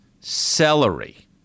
celery